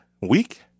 week